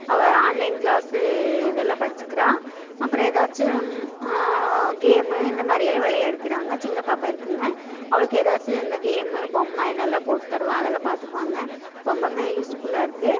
அவள் online class இதெல்லாம் படிச்சுக்குறாள் அப்புறம் எதாச்சும் கேம்மு இந்த மாதிரியெல்லாம் விளையாடுக்கிறாங்க சின்ன பாப்பா இருக்குதுங்க அவளுக்கு எதாச்சும் கேம்மு பொம்மை இதெல்லாம் போட்டு தருவங்க அதெல்லாம் பார்த்துக்குவாங்க ரொம்பவும் யூஸ்ஃபுல்லாக இருக்குது